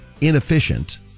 inefficient